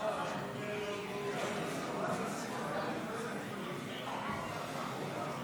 אני קובע כי הצעת חוק חובת המכרזים (תיקון,